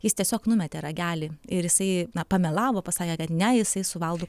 jis tiesiog numetė ragelį ir jisai pamelavo pasakė kad ne jisai su valdu